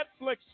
Netflix